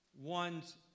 one's